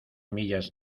millas